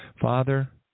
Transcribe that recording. Father